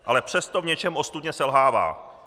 Ale přesto v něčem ostudně selhává.